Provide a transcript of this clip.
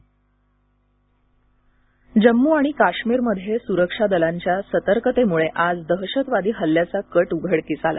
जम्म काश्मीर जम्मू आणि काश्मीरमध्ये सुरक्षा दलांच्या सतर्कतेमुळे आज दहशतवादी हल्ल्याचा कट उघडकीस आला